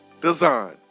Design